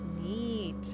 Neat